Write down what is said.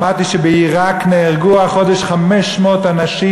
שמעתי שבעיראק נהרגו החודש 500 אנשים,